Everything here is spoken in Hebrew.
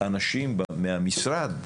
אנשים מהמשרד,